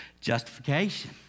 justification